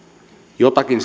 jotakin